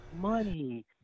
money